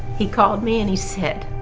he called me and he said,